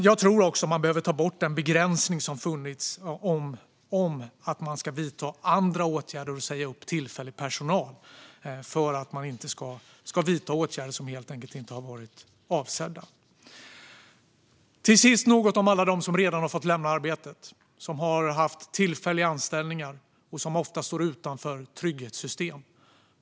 Jag tror också att vi behöver ta bort den begränsning som funnits om att man ska vidta andra åtgärder och säga upp tillfällig personal, detta för att man inte ska vidta åtgärder som helt enkelt inte har varit avsedda. Till sist vill jag säga något om alla dem som redan har fått lämna arbetet, som har haft tillfälliga anställningar och som ofta står utanför trygghetssystemen.